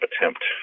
attempt